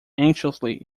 anxiously